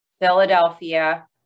Philadelphia